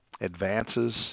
advances